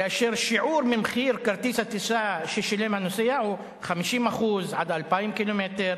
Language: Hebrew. ושיעור ממחיר כרטיס הטיסה ששילם הנוסע הוא 50% עד 2,000 קילומטר,